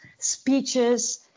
speeches